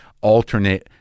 alternate